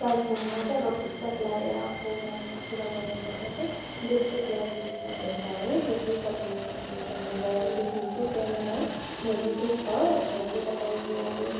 दार्जिलिङमा चाहिँ अब पुस्तकालयको बारेमा कुरा गर्नु पर्दा चाहिँ डिस्ट्रिक्ट लाइब्रेरी छ एउटा हो यो चाहिँ तपाईँ अब भानु भवनदेखिको त्यहाँनेर नजिक छ त्यहाँ चाहिँ तपाईँले अब